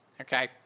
okay